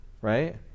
right